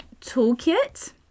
toolkit